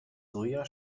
soja